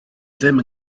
ddim